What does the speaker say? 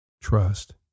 Trust